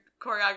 choreography